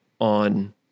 on